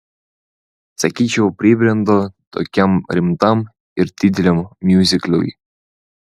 sakyčiau pribrendo tokiam rimtam ir dideliam miuziklui